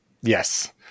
Yes